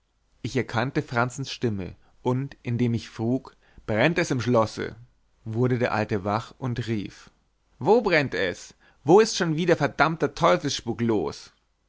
ich erkannte franzens stimme und indem ich frug brennt es im schlosse wurde der alte wach und rief wo brennt es wo ist schon wieder verdammter teufelsspuk los